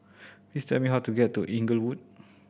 please tell me how to get to Inglewood